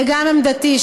וגם עמדתי,